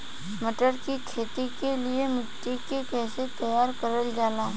मटर की खेती के लिए मिट्टी के कैसे तैयार करल जाला?